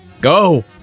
Go